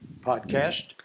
podcast